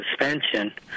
suspension